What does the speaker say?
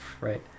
Right